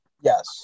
Yes